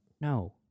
no